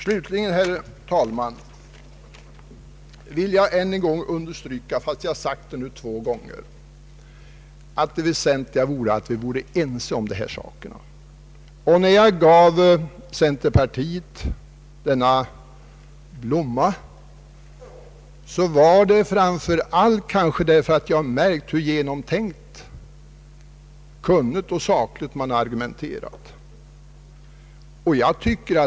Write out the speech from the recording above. Slutligen, herr talman, vill jag än en gång understryka — fastän jag sagt det två gånger redan — att det väsentliga är att vi vore ense i dessa frågor. När jag gav centerpartiet en blomma var det framför allt därför att jag har märkt hur genomtänkt, kunnigt och sakligt man argumenterar.